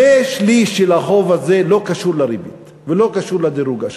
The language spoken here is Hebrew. שני-שלישים של החוב הזה לא קשורים לריבית ולא קשורים לדירוג האשראי,